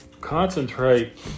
Concentrate